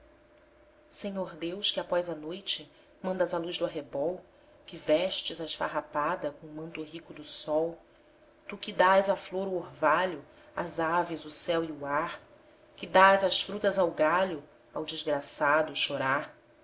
senhor deus que após a noite mandas a luz do arrebol que vestes a esfarrapada com o manto rico do sol tu que dás à flor o orvalho às aves o céu e o ar que dás as frutas ao galho ao desgraçado o chorar